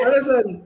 Listen